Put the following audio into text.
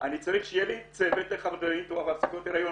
אני צריך שיהיה לי צוות לחדרי ניתוח והפסקות הריון